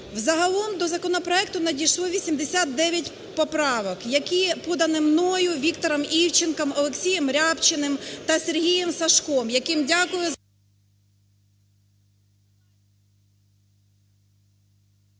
Загалом до законопроекту надійшли 89 поправок, які подані мною, Віктором Івченком, Олексієм Рябчиним та Сергієм Сажком, яким дякую…